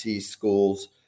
schools